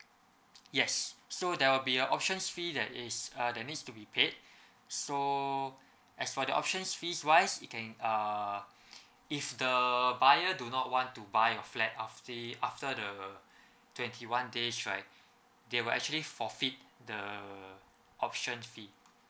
yes so there will be a options fee that is uh that's need to be paid so as for the options fees wise it can uh if the buyer do not want to buy your flat after after the twenty one days right they were actually forfeit the option fee